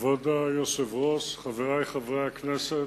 היושב-ראש, חברי חברי הכנסת,